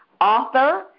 author